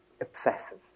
obsessive